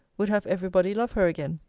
would have every body love her again.